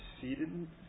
seated